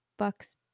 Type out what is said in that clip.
bucks